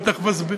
ותכף אסביר,